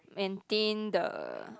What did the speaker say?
and paint the